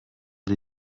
wir